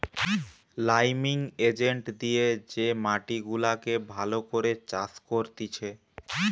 liming agent দিয়ে যে মাটি গুলাকে ভালো করে চাষ করতিছে